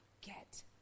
get